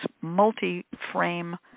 multi-frame